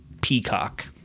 Peacock